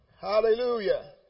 Hallelujah